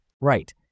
Right